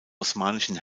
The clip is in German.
osmanischen